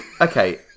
Okay